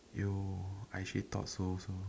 you I actually thought so also